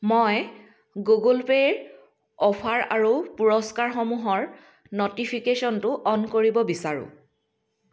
মই গুগল পে'ৰ অ'ফাৰ আৰু পুৰস্কাৰসমূহৰ ন'টিফিকেশ্যনটো অ'ন কৰিব বিচাৰোঁ